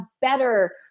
better